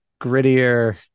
grittier